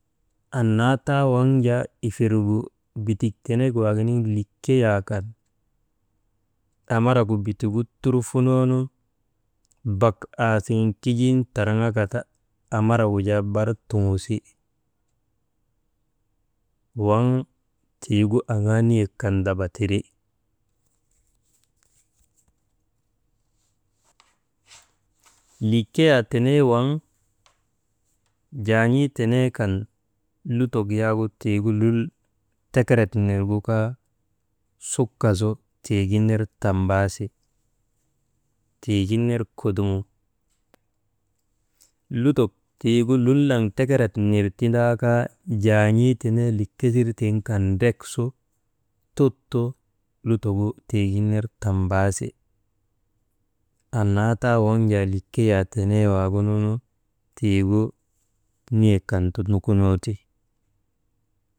Annaa taa waŋ jaa ifirgu bitik tenek waaginiŋ likiyaa kan, amaragu bitigu turfunoonun bak aasiŋin kijiinu tandraŋaka ta amaragu jaa bar tuŋusi, waŋ tiigu aŋaa niyek kan daba tiri. Likiyaa tenee waŋ jaan̰ii tenee kan lutok yak lul tekeret nirgu kaa sukka su tigin ner tambaasi, tiigin ner kudumu lutok tiigu lulnak tekeret nir tindaakaa jaan̰ii tenee likesir tiŋ kan nrek su tutu lutogu tigin ner tambaasi annaa taa waŋ jaa likeyaa tenee waagununu tiigu niyek kan ti nukunoo ti.